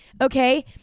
Okay